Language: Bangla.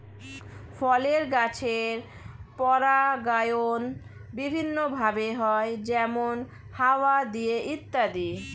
ফলের গাছের পরাগায়ন বিভিন্ন ভাবে হয়, যেমন হাওয়া দিয়ে ইত্যাদি